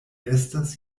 estas